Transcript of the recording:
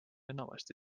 enamasti